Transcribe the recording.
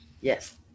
Yes